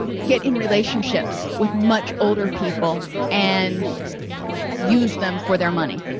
get in relationships with much older people and use them for their money